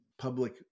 public